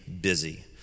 busy